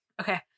okay